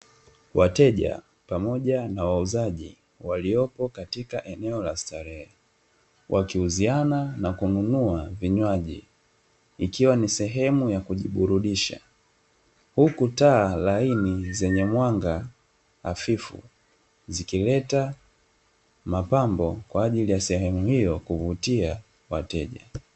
Wateja pamoja na wauzaji waliopo katika eneo la starehe, wakiuziana na kununua vinywaji ikiwa ni sehemu ya kujiburudisha, huku taa laini zenye mwanga hafifu zikileta mapambo kwa ajili ya sehemu hiyo kuvutia wateja.